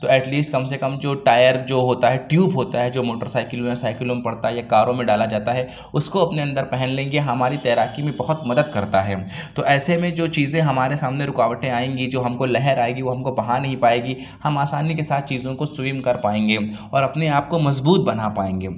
تو at least کم سے کم جو ٹائر جو ہوتا ہے ٹیوب ہوتا ہے جو موٹائر سائکل میں سائکلوں میں پڑتا ہے یا کاروں میں ڈالا جاتا ہے اُس کو اپنے اندر پہن لیں گے ہماری تیراکی میں بہت مدد کرتا ہے تو ایسے میں جو چیزیں ہمارے سامنے رُکاوٹیں آئیں گی جو ہم کو لہر آئے گی وہ ہم کو بہا نہیں پائے گی ہم آسانی کے ساتھ چیزوں کو سویم کر پائیں گے اور اپنے آپ کو مضبوط بنا پائیں گے